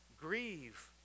Grieve